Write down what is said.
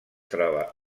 troba